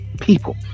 people